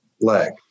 leg